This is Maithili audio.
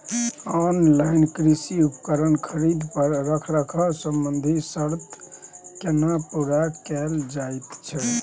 ऑनलाइन कृषि उपकरण खरीद पर रखरखाव संबंधी सर्त केना पूरा कैल जायत छै?